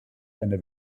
eine